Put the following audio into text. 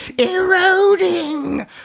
eroding